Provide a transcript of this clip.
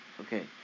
okay